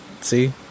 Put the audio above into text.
see